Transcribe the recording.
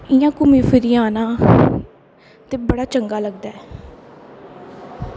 इंया घुम्मी फिरियै आना ते बड़ा चंगा लगदा ऐ